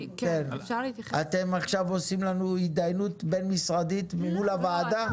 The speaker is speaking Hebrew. אתם עכשיו עושים לנו הידיינות בין-משרדית מול הוועדה?